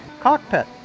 cockpit